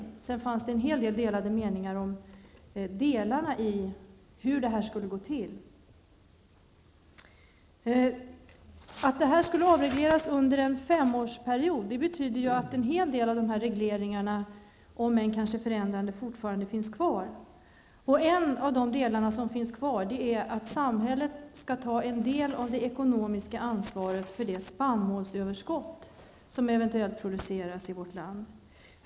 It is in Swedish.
Sedan fanns en mängd delade meningar om hur det här skulle gå till. Att avregleringen skulle ske under en femårsperiod betydde att en hel del av reglerna, om än kanske förändrade, fortfarande finns kvar. En av de delar som finns kvar är att samhället skall ta visst ansvar för det spannmålsöverskott som eventuellt produceras i vårt land.